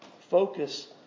focus